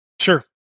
Sure